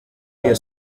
iyo